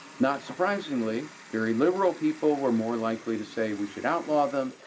not surprisingly, very liberal people were more likely to say we should outlaw them.